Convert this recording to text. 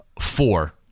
four